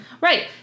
Right